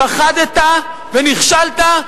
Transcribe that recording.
פחדת ונכשלת,